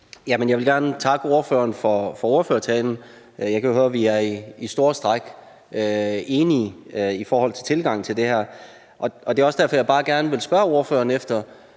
Jeg vil gerne takke ordføreren for ordførertalen. Jeg kan høre, at vi i store træk er enige i forhold til tilgangen til det her. Det er også derfor, jeg bare gerne vil spørge ordføreren om,